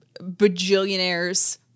bajillionaire's